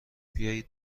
بیاید